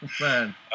man